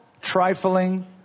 trifling